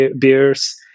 beers